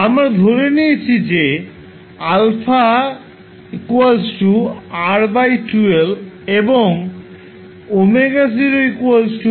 আমরা ধরে নিয়েছি যে α R 2L এবং ω0 1 √LC